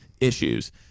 issues